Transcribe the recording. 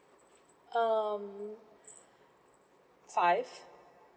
um five